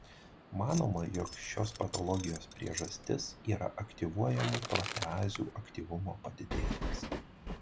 manoma jog šios patologijos priežastis yra aktyvuojamų proteazių aktyvumo padidėjimas